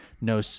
no